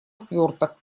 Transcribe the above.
сверток